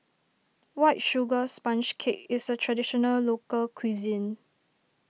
White Sugar Sponge Cake is a Traditional Local Cuisine